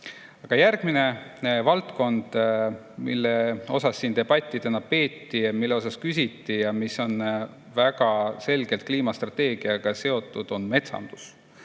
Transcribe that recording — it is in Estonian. üle. Aga järgmine valdkond, mille üle siin debatti täna peeti ja mille kohta küsiti ja mis on väga selgelt kliimastrateegiaga seotud, on metsandus.